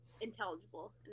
intelligible